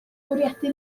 bwriadu